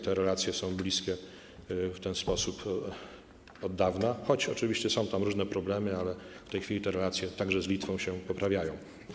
Te relacje są bliskie w ten sposób od dawna, choć oczywiście są tam różne problemy, ale w tej chwili te relacje także z Litwą się poprawiają.